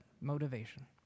motivation